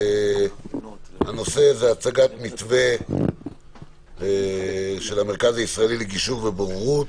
הנושא הוא הצגת מתווה המרכז הישראלי לגישור ובוררות